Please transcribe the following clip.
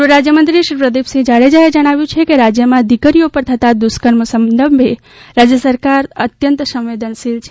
ગૃહ રાજ્યમંત્રી શ્રી પ્રદિપસિંહ જાડેજાએ જણાવ્યું છે કે રાજ્યમાં દીકરીઓ પર થતા દુષ્કર્મ સંદર્ભે રાજ્ય સરકાર અત્યંત સંવેદનશીલ છે